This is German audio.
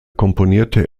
komponierte